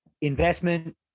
investment